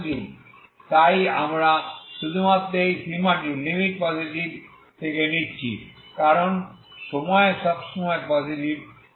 যেমন t→0 তাই আমরা শুধুমাত্র এই সীমাটি পজিটিভ থেকে নিচ্ছি কারণ সময় সবসময় পজিটিভ